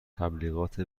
تبلیغات